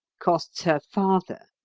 costs her father.